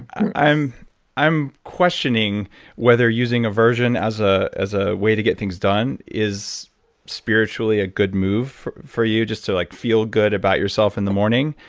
i'm i'm questioning whether using aversion as ah as a way to get things done is spiritually a good move for you, just to like feel good about yourself in the morning.